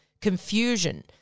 confusion